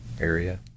area